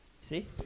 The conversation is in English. See